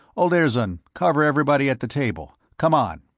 olirzon, cover everybody at the table. come on!